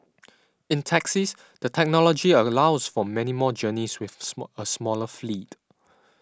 in taxis the technology allows for many more journeys with a smaller fleet